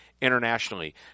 internationally